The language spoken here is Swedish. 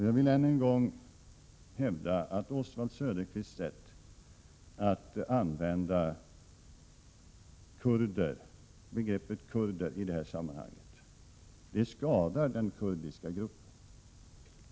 Jag vill än en gång hävda att Oswald Söderqvists sätt att använda begreppet kurder i detta sammanhang skadar den kurdiska gruppen.